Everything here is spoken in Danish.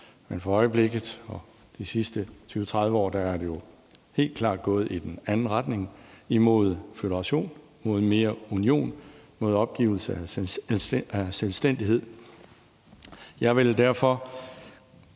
For øjeblikket og de sidste 20-30 år er det helt klart gået i den anden retning, imod føderation, imod mere union og imod opgivelse af selvstændighed.